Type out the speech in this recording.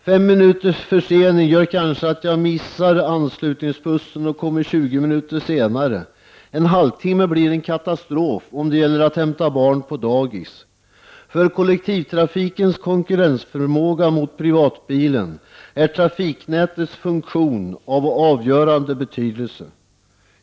Fem minuters försening gör kanske att man missar anslutningsbussen och kommer tjugo minuter senare. En halvtimme blir en katastrof om det gäller att hämta barn på dagis. För kollektivtrafikens konkurrensförmåga gentemot privatbilen är trafiknätets funktion av avgörande betydelse.